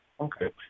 Okay